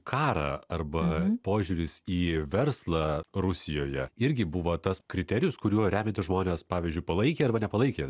karą arba požiūris į verslą rusijoje irgi buvo tas kriterijus kuriuo remiantis žmonės pavyzdžiui palaikė arba nepalaikė